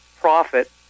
profit